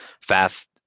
fast